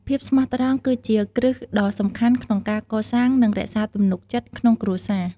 ភាពស្មោះត្រង់ គឺជាគ្រឹះដ៏សំខាន់ក្នុងការកសាង និងរក្សា ទំនុកចិត្ត ក្នុងគ្រួសារ។